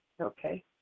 Okay